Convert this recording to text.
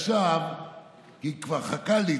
עכשיו היא כבר חכ"לית,